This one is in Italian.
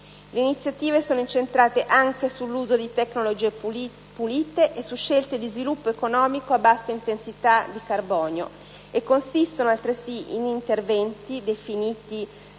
Le iniziative sono incentrate anche sull'uso di tecnologie pulite e su scelte di sviluppo economico a bassa intensità di carbonio e consistono altresì in interventi definiti